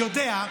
אל תחזור,